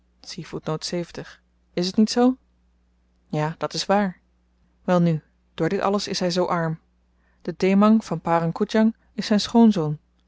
is t niet zoo ja dat is waar welnu door dit alles is hy zoo arm de dhemang van parang koedjang is zyn schoonzoon